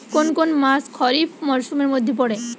কোন কোন মাস খরিফ মরসুমের মধ্যে পড়ে?